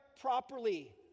properly